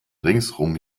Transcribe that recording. ringsum